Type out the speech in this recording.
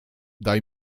daj